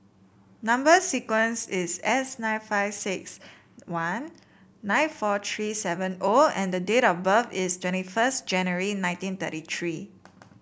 number sequence is S nine five six one nine four three seven O and date of birth is twenty first January nineteen thirty three